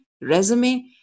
resume